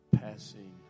passing